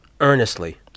earnestly